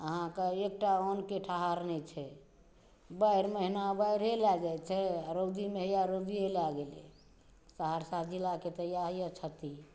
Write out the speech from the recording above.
अहाँकेॅं एकटा अन्नके ठहार नहि छै बाढ़ि महिना बाढ़िये लए जाइ छै आ रौदीमे हैया रौदीये लए गेलै सहरसा जिलाके तऽ इएह यऽ क्षति